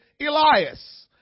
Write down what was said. Elias